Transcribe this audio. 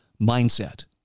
mindset